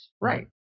Right